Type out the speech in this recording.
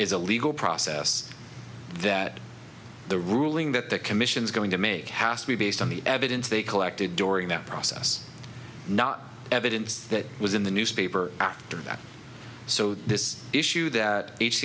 is a legal process that the ruling that the commission's going to make has to be based on the evidence they collected during that process not evidence that was in the newspaper after that so this